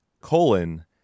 colon